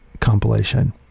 compilation